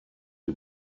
die